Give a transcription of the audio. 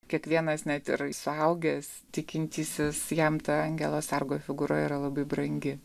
kiekvienas net ir suaugęs tikintysis jam ta angelo sargo figūra yra labai brangi